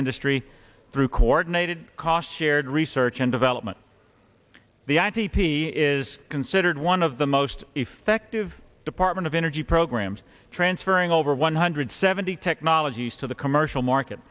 industry through coordinated cost shared research and development the i p p is considered one of the most effective department of energy programs transferring over one hundred seventy technologies to the commercial market